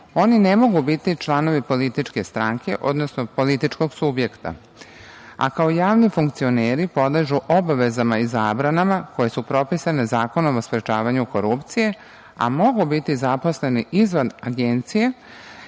Oni ne mogu biti članovi političke stranke, odnosno političkog subjekta, a kao javni funkcioneri podležu obavezama i zabranama koje su propisane Zakonom o sprečavanju korupcije, a mogu biti zaposleni izvan Agencije,